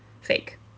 fake